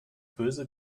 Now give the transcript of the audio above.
böse